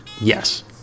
yes